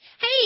hey